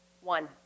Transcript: One